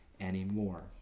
anymore